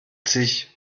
sich